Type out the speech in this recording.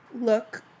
look